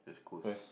where